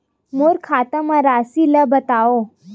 मोर खाता म राशि ल बताओ?